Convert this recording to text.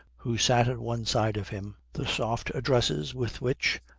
who sat on one side of him, the soft addresses with which,